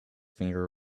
finger